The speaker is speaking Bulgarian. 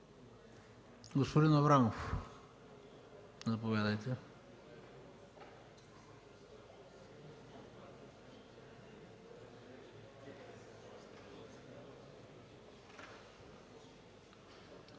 Господин Аврамов, заповядайте.